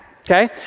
okay